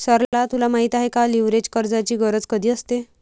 सरला तुला माहित आहे का, लीव्हरेज कर्जाची गरज कधी असते?